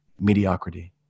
mediocrity